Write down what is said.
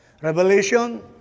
Revelation